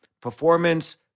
performance